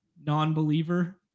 non-believer